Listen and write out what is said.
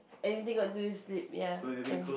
anything got to do with sleep ya